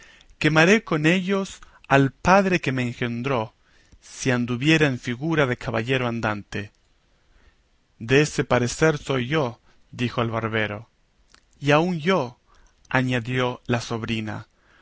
quemaré con ellos al padre que me engendró si anduviera en figura de caballero andante de ese parecer soy yo dijo el barbero y aun yo añadió la sobrina